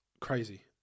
crazy